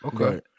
Okay